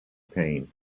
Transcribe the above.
pain